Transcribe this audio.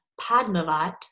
Padmavat